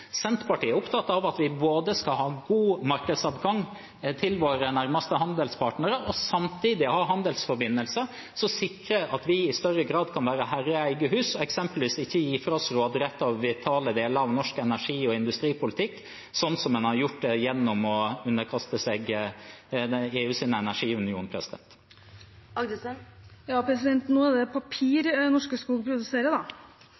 Senterpartiet er opptatt av at vi både skal ha god markedsadgang til våre nærmeste handelspartnere og samtidig ha handelsforbindelser som sikrer at vi i større grad kan være herre i eget hus, eksempelvis ved ikke å gi fra oss råderett over vitale deler av norsk energi- og industripolitikk, slik en har gjort gjennom å underkaste seg EUs energiunion. Nå er det papir Norske Skog produserer, da. Et annet eksempel er